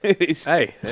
Hey